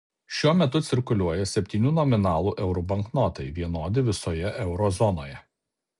šiuo metu cirkuliuoja septynių nominalų eurų banknotai vienodi visoje euro zonoje